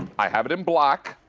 i have it in black,